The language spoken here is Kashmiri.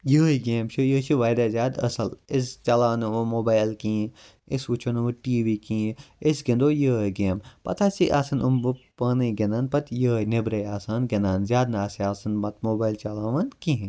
یِہے گیم چھِ یہِ چھِ واریاہ زیادٕ اَصل أسۍ چَلاوو نہٕ وۄنۍ موبایل کِہیٖنۍ أسۍ وٕچھو نہٕ وۄنۍ ٹی وی کِہیٖنۍ أسۍ گِنٛدو یِہے گیم پَتہٕ ہَسا آسان یِم پانے گِنٛدان پَتہٕ یِہے نٮ۪براے آسان گِنٛدان زیادٕ نہٕ آسان پَتہٕ موبایل چَلاوان کِہِینۍ